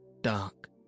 dark